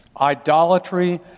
Idolatry